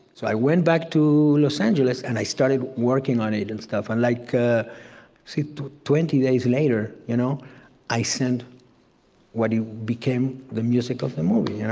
so i went back to los angeles, and i started working on it. and and like ah so twenty days later, you know i sent what ah became the music of the movie. yeah